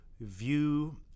view